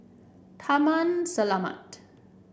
Taman Selamat